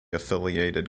affiliated